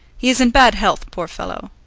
he is in bad health, poor fellow.